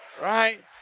Right